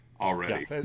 already